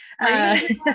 Right